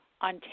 on